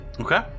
Okay